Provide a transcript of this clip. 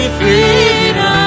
freedom